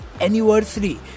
anniversary